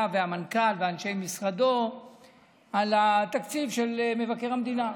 והמנכ"ל ואנשי משרדו על התקציב של מבקר המדינה.